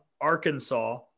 Arkansas